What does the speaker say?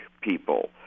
people